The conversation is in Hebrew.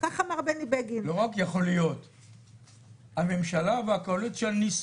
זה חוק שנועד לשמר ולחזק קואליציה שבמהותה,